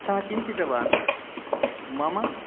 सः चिन्तितवान् मम